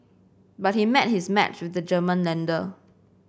but he met his match with the German lender